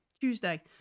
Tuesday